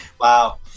Wow